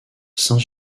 saint